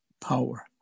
power